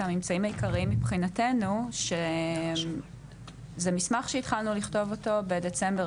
הממצאים העיקריים מבחינתנו שזה מסמך שהתחלנו לכתוב אותו בדצמבר